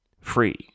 Free